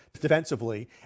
defensively